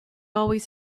always